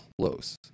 close